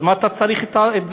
אז מה אתה צריך את זה.